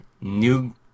new